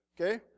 okay